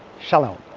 shalom.